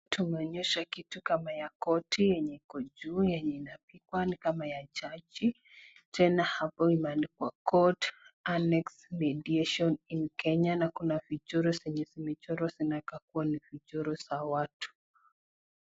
Tumeonyeshwa kitu kama ya koti yenye iko juu, yenye inapigwa ni kama ya jaji. Tena hapo imeandikwa court annexed mediation in Kenya na kuna vichoro ambazo zimechorwa zinakaa ni vichoro vya watu.